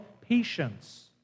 Patience